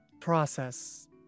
process